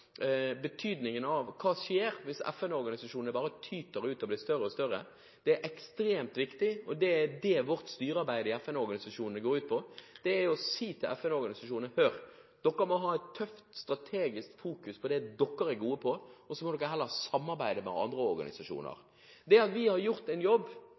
betydningen av hva som skjer hvis FN-organisasjonene bare tyter ut og blir større og større. Det er ekstremt viktig, og vårt styrearbeid i FN-organisasjonene går ut på å si til FN-organisasjonene: Dere må ha et tøft, strategisk fokus på det dere er gode på, og så må dere heller samarbeide med andre organisasjoner. Sammen med andre land har vi gjort en jobb